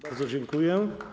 Bardzo dziękuję.